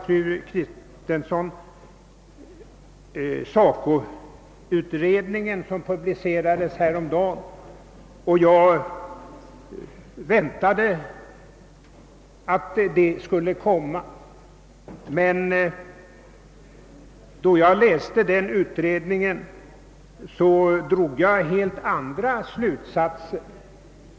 Fru Kristensson åberopar SACO-utredningen, som publicerades häromdagen, och det väntade jag att hon skulle göra. Då jag läste den utredningen drog jag emellertid helt andra slutsatser.